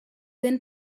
then